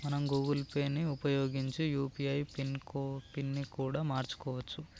మనం Google pay ని ఉపయోగించి యూ.పీ.ఐ పిన్ ని కూడా మార్చుకోవచ్చు